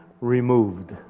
removed